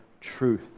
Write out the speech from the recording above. truth